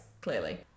clearly